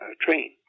train